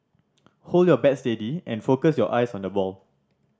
hold your bat steady and focus your eyes on the ball